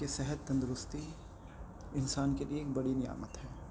کہ صحت تندرستی انسان کے لیے ایک بڑی نعمت ہے